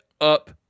up